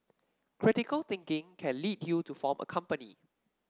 critical thinking can lead you to form a company